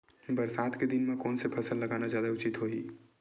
बरसात के दिन म कोन से फसल लगाना जादा उचित होही?